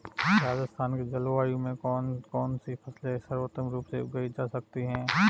राजस्थान की जलवायु में कौन कौनसी फसलें सर्वोत्तम रूप से उगाई जा सकती हैं?